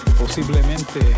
posiblemente